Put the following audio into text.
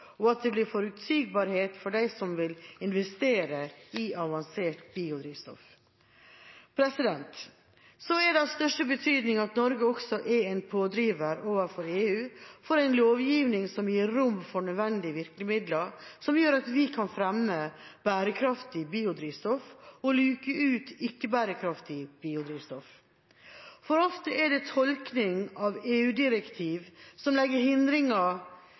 og at det blir forutsigbarhet for dem som vil investere i avansert biodrivstoff. Så er det av største betydning at Norge også er en pådriver overfor EU for en lovgivning som gir rom for nødvendige virkemidler som gjør at vi kan fremme bærekraftig biodrivstoff og luke ut ikke-bærekraftig biodrivstoff. For ofte er det tolkning av EU-direktiv som legger hindringer